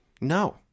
No